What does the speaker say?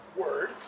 word